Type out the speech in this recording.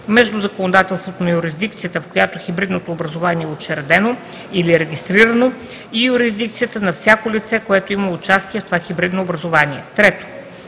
между законодателството на юрисдикцията, в която хибридното образувание е учредено или регистрирано, и юрисдикцията на всяко лице, което има участие в това хибридно образувание; 3.